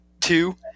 Two